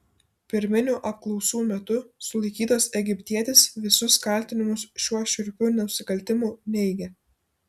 pirminių apklausų metu sulaikytas egiptietis visus kaltinimus šiuo šiurpiu nusikaltimu neigia